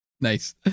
Nice